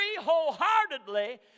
wholeheartedly